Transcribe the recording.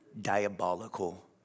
diabolical